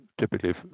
typically